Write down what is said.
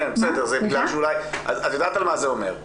את יודעת מה זה אומר,